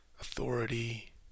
authority